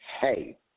hey